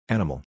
Animal